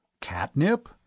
Catnip